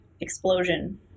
explosion